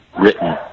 written